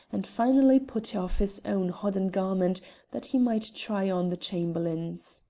and finally put off his own hodden garment that he might try on the chamberlain's.